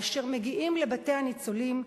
אשר מגיעים לבתי הניצולים,